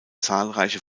zahlreiche